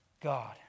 God